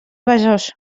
besòs